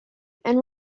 and